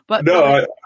No